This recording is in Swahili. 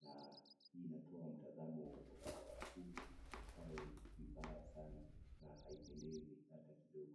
na inatoa mtazamo wa barabara huu ikae vibaya sana na haipendezi hata kidogo.